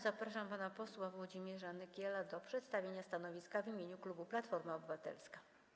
Zapraszam pana posła Włodzimierza Nykiela do przedstawienia stanowiska w imieniu klubu Platforma Obywatelska.